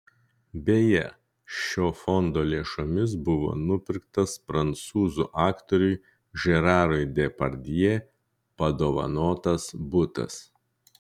beje šio fondo lėšomis buvo nupirktas prancūzų aktoriui žerarui depardjė padovanotas butas